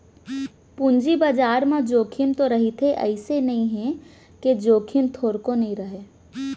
पूंजी बजार म जोखिम तो रहिथे अइसे नइ हे के जोखिम थोरको नइ रहय